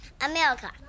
America